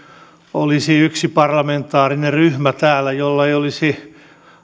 olisi yksi parlamentaarinen ryhmä täällä jolla ei olisi